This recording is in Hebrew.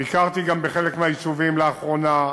ביקרתי בחלק מהיישובים לאחרונה,